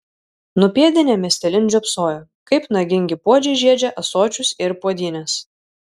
nupėdinę miestelin žiopsojo kaip nagingi puodžiai žiedžia ąsočius ir puodynes